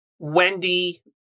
wendy